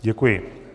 Děkuji.